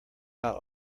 out